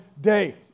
day